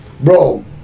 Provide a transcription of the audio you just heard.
Bro